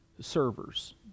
servers